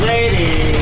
Lady